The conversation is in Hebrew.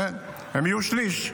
הם יהיו שליש.